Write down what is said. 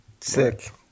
Sick